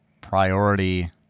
Priority